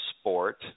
sport